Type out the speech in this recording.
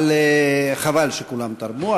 חבל שכולם תרמו,